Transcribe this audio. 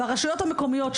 הרשויות המקומיות,